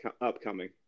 upcoming